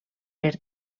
per